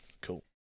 cool